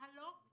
בהלוך ובחזור.